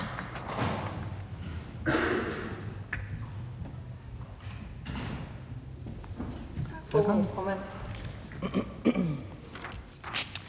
Hvad med